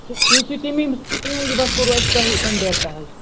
کوٚروٕ اَسہِ تۄہہِ کنٛٹٮ۪کٹ حظ